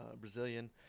Brazilian